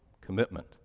commitment